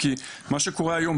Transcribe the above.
כי מה שקורה היום,